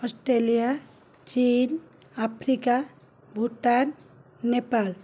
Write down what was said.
Australia China Africa Bhutan Nepal